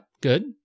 good